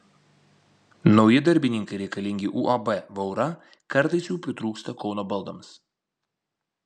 nauji darbininkai reikalingi uab vaura kartais jų pritrūksta kauno baldams